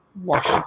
wash